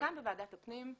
כאן בוועדת הפנים,